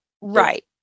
Right